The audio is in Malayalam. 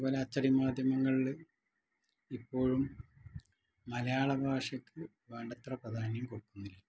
അത് പോലെ അച്ചടി മാധ്യമങ്ങളിൽ ഇപ്പോഴും മലയാള ഭാഷക്ക് വേണ്ടത്ര പ്രാധാന്യം കൊടുക്കുന്നില്ല